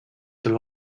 their